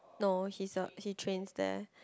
no he's a he trains there